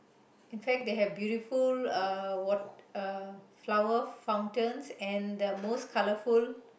in fact they have beautiful uh wat~ uh flower fountains and the most colourful